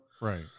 Right